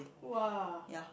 !wah!